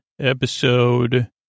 episode